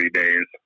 days